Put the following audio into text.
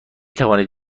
توانید